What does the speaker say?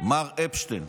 מר אפשטיין.